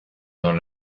dans